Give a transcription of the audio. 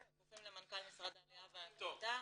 אנחנו כפופים למנכ"ל משרד העלייה והקליטה.